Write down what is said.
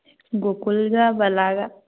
ꯒꯣꯀꯨꯜꯒ ꯕꯂꯥꯒ